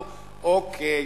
אמרו: אוקיי,